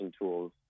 tools